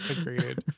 Agreed